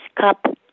cup